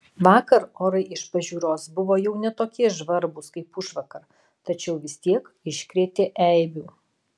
vakar orai iš pažiūros buvo jau ne tokie žvarbūs kaip užvakar tačiau vis tiek iškrėtė eibių